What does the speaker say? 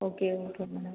okay okay madam